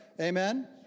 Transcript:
Amen